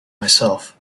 myself